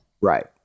Right